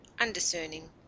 undiscerning